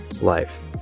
life